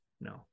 no